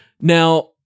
Now